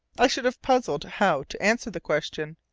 i should have puzzled how to answer the question.